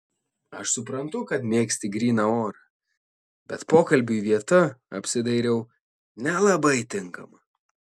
aš suprantu kad mėgsti gryną orą bet pokalbiui vieta apsidairiau nelabai tinkama